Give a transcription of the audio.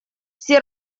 все